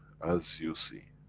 as you see.